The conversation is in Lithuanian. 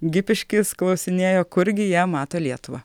gipiškis klausinėjo kurgi jie mato lietuvą